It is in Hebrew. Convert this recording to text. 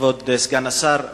כבוד סגן השר,